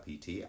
PT